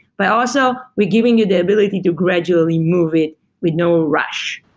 but also, we're giving you the ability to gradually move it with no rush.